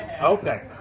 Okay